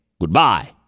goodbye